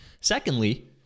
Secondly